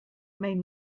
made